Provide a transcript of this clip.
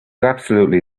absolutely